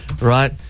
right